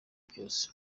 byose